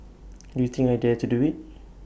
do you think I dare to do IT